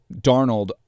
Darnold